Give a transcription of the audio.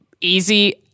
easy